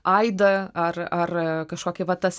aidą ar ar kažkokį vat tas